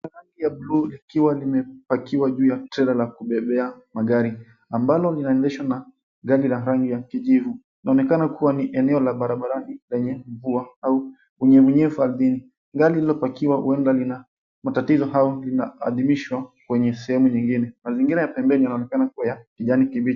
Gari la buluu likiwa limepakia juu ya trela la kubebea magari ambalo linaendeshwa na gari ya rangi ya kijivu. Inaonekana kua ni eneo la barabarani lenye mvua ama unyevunyevu ardhini. Gari hilo lililopakiwa huenda lina tatizo au linadhimishwa kwenye sehemu nyingine. Mazingira ya pembeni yanaonekana kuwa ya kijani kibichi.